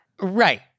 Right